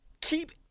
keep